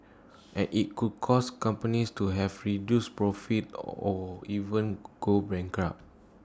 and IT could cause companies to have reduced profits or even go bankrupt